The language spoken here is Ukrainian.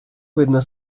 видно